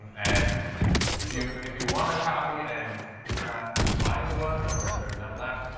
and if you if you want a copy and did not find one, or there are none left,